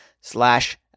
slash